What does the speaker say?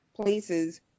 places